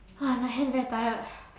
!wah! my hand very tired